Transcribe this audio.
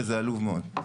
וזה עלוב מאוד.